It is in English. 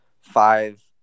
five